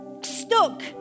Stuck